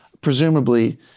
presumably